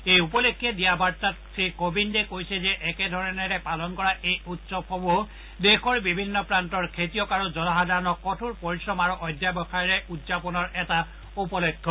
এই উপলক্ষে দিয়া এটা বাৰ্তাত শ্ৰীকোবিন্দে কৈছে যে একেধৰণেৰে পালন কৰা এই উৎসৱসমূহ দেশৰ বিভিন্ন প্ৰান্তৰ খেতিয়ক আৰু জনসাধাৰণক কঠোৰ পৰিশ্ৰম আৰু অধ্যাৱসায়েৰে উদযাপনৰ এটা উপলক্ষ্য